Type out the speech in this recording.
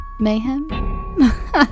Mayhem